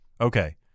Okay